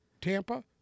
Tampa